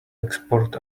export